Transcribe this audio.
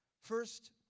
first